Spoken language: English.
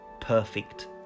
perfect